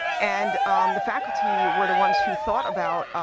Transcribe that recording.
and the faculty were the ones who thought about